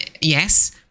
yes